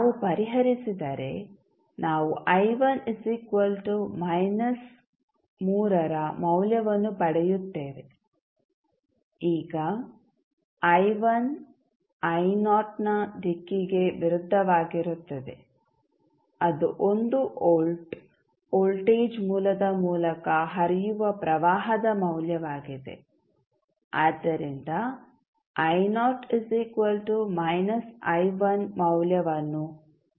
ನಾವು ಪರಿಹರಿಸಿದರೆ ನಾವು ರ ಮೌಲ್ಯವನ್ನು ಪಡೆಯುತ್ತೇವೆ ಈಗ ನ ದಿಕ್ಕಿಗೆ ವಿರುದ್ಧವಾಗಿರುತ್ತದೆ ಅದು 1 ವೋಲ್ಟ್ ವೋಲ್ಟೇಜ್ ಮೂಲದ ಮೂಲಕ ಹರಿಯುವ ಪ್ರವಾಹದ ಮೌಲ್ಯವಾಗಿದೆ ಆದ್ದರಿಂದ ಮೌಲ್ಯವನ್ನು ನಾವು ಪಡೆಯುತ್ತೇವೆ